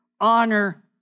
honor